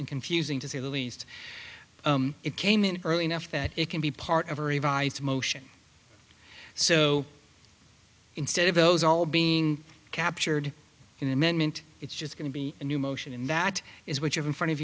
and confusing to say the least it came in early enough that it can be part of a revised motion so instead of those all being captured in the amendment it's just going to be a new motion and that is what you're in front of